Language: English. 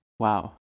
Wow